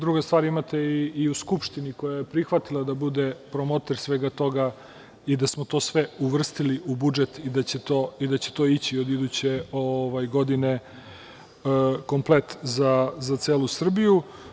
Druga stvar, imate i u Skupštini koja je prihvatila da bude promoter svega toga i da smo to sve uvrstili u budžet i da će to ići od iduće godine komplet za celu Srbiju.